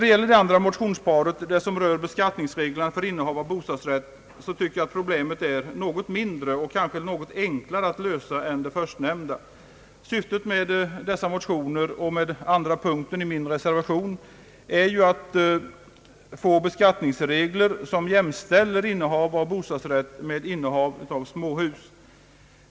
Vad gäller det andra motionsparet, som rör beskattningsreglerna för innehav av bostadsrätt, är problemet något mindre och kanske något enklare att lösa än det förstnämnda. Syftet med dessa motioner och med andra punkten i min reservation är att få beskattningsregler som jämställer innehav av bostadsrätt med innehav av småhus.